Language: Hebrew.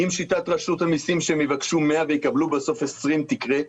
אם שיטת רשות המיסים שהם יבקשו 100 ויקבלו בסוף 20 תקרה,